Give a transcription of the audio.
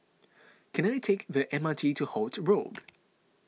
can I take the M R T to Holt Road